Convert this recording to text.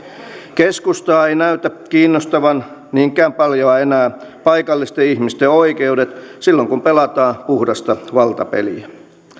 keskustaa ei näytä kiinnostavan niinkään paljoa enää paikallisten ihmisten oikeudet silloin kun pelataan puhdasta valtapeliä